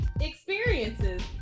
experiences